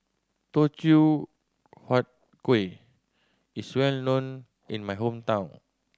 Teochew Huat Kueh is well known in my hometown